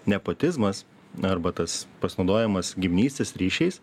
nepotizmas arba tas pasinaudojamas giminystės ryšiais